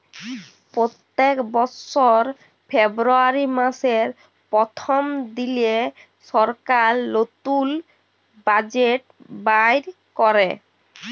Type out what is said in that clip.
প্যত্তেক বসর ফেব্রুয়ারি মাসের পথ্থম দিলে সরকার লতুল বাজেট বাইর ক্যরে